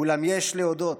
אולם יש להודות